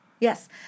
Yes